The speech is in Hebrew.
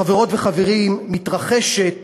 חברות וחברים, מתרחשת